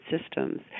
systems